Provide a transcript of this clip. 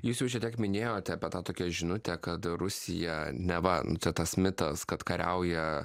jūs jau šitiek minėjote apie tą tokią žinutę kad rusija neva nu čia tas mitas kad kariauja